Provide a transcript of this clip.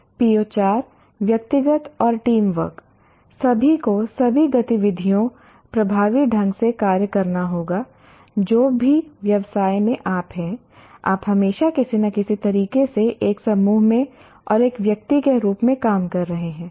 PO4 व्यक्तिगत और team work सभी को सभी गतिविधियों प्रभावी ढंग से कार्य करना होगा जो भी व्यवसाय में आप हैं आप हमेशा किसी न किसी तरीके से एक समूह में और एक व्यक्ति के रूप में काम कर रहे हैं